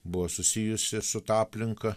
buvo susijusi su ta aplinka